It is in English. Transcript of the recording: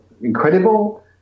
incredible